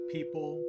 People